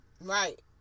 Right